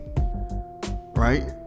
right